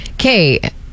okay